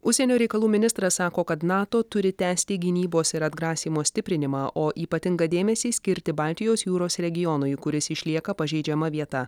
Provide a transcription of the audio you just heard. užsienio reikalų ministras sako kad nato turi tęsti gynybos ir atgrasymo stiprinimą o ypatingą dėmesį skirti baltijos jūros regionui kuris išlieka pažeidžiama vieta